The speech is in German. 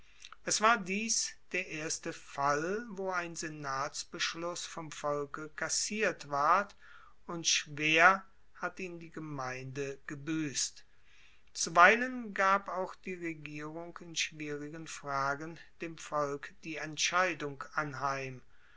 es war dies der erste fall wo ein senatsbeschluss vom volke kassiert ward und schwer hat ihn die gemeinde gebuesst zuweilen gab auch die regierung in schwierigen fragen dem volk die entscheidung anheim